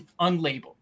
unlabeled